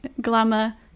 glamour